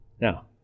Now